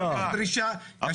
הדרישה של ...?